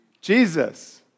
Jesus